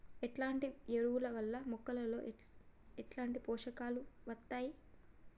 ఎట్లాంటి ఎరువుల వల్ల మొక్కలలో ఎట్లాంటి పోషకాలు వత్తయ్?